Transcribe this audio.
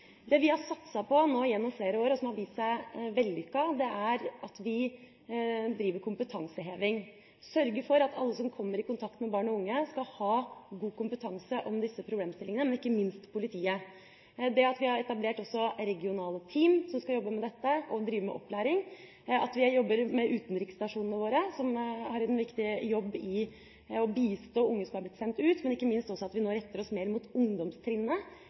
gjennom flere år nå har satset på, og som har vist seg vellykket, er kompetanseheving. Vi sørger for at alle som kommer i kontakt med barn og unge, skal ha god kompetanse om disse problemstillingene, ikke minst politiet. Vi har også etablert regionale team som skal jobbe med dette og drive med opplæring. Vi jobber med utenriksstasjonene våre, som gjør en viktig jobb med å bistå unge som er blitt sendt ut. Og ikke minst retter vi oss mer mot